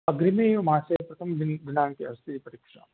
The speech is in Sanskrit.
अग्रिमे मासे प्रथम दिन दिनाङ्के अस्ति परीक्षा